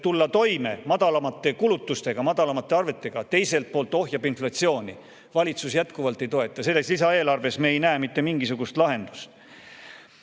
tulla [suuremate] kulutustega, [suuremate] arvetega, ja teiselt poolt ohjaks inflatsiooni, valitsus jätkuvalt ei toeta. Selles lisaeelarves me ei näe mitte mingisugust lahendust.